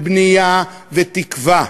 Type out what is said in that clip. ובנייה ותקווה.